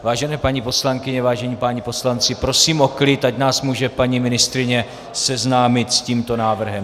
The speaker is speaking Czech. Vážené paní poslankyně, vážení páni poslanci, prosím o klid, ať nás může paní ministryně seznámit s tímto návrhem.